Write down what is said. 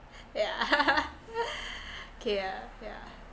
yeah kay ah yeah